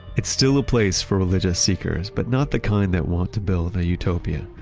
it's still a place for religious seekers, but not the kind that wants to build a utopia.